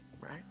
Right